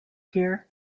here